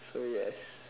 so yes